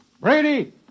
Brady